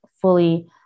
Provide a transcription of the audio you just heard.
fully